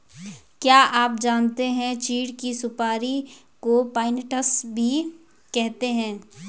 क्या आप जानते है चीढ़ की सुपारी को पाइन नट्स भी कहते है?